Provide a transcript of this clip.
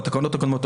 בתקנות הקודמות,